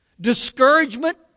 Discouragement